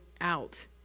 out